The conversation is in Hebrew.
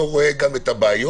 לא רואה את הבעיות,